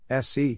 SC